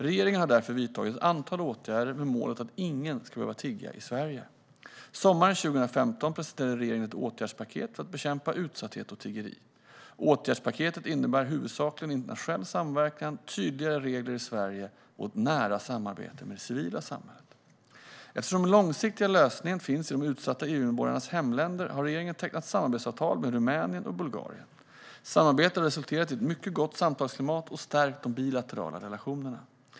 Regeringen har därför vidtagit ett antal åtgärder med målet att ingen ska behöva tigga i Sverige. Sommaren 2015 presenterade regeringen ett åtgärdspaket för att bekämpa utsatthet och tiggeri. Åtgärdspaketet innebär huvudsakligen internationell samverkan, tydligare regler i Sverige och ett nära samarbete med det civila samhället. Eftersom den långsiktiga lösningen finns i de utsatta EU-medborgarnas hemländer har regeringen tecknat samarbetsavtal med Rumänien och Bulgarien. Samarbetet har resulterat i ett mycket gott samtalsklimat och stärkt de bilaterala relationerna.